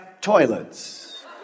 toilets